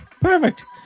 perfect